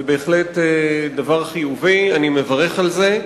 זה בהחלט דבר חיובי, ואני מברך על זה,